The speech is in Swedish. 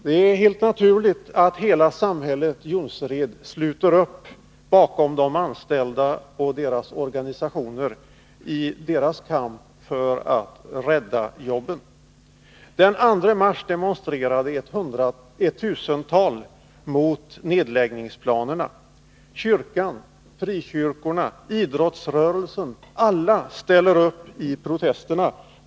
Det är helt naturligt att hela samhället Jonsered sluter upp bakom de anställda och deras organisationer i kampen för att rädda jobben. Den 2 mars demonstrerade ett tusental mot nedläggningsplanerna. Kyrkan, frikyrkorna, idrottsrörelsen — alla ställer upp i protesterna.